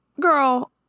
girl